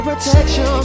Protection